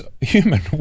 human